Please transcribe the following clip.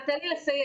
סליחה תן לי לסיים.